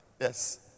yes